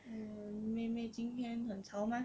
mm 妹妹今天很吵 mah